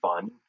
fun